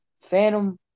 Phantom